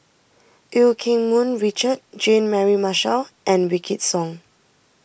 Eu Keng Mun Richard Jean Mary Marshall and Wykidd Song